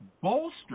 bolster